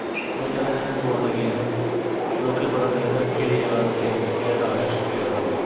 मतलव जगह् जगह् बोर्ड लग्गे दे हून लोकें पता लग्गी जंदा केह्ड़ी जगह ऐ केह् नांऽ ऐ एह्दा